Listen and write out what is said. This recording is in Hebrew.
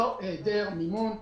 לא העדר מימון.